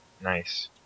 nice